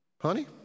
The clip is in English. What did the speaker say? honey